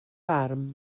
barn